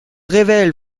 révèle